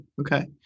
okay